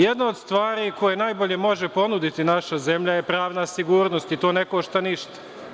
Jedna od stvari koju najbolje može ponuditi naša zemlja je pravna sigurnost i to ne košta ništa.